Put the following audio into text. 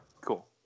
cool